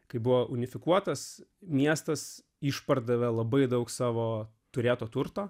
kai buvo unifikuotas miestas išpardavė labai daug savo turėto turto